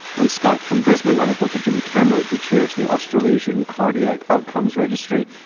on skype from brisbane i have dr jim cameron who chairs the australasian cardiac outcomes registry,